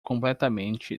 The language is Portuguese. completamente